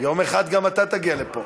יום אחד גם אתה תגיע לפה.